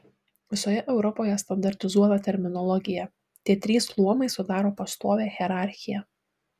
visoje europoje standartizuota terminologija tie trys luomai sudaro pastovią hierarchiją